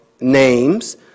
names